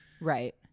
right